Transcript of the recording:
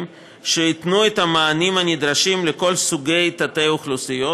שייתנו את המענים הנדרשים לכל סוגי תתי-האוכלוסיות